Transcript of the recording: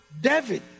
David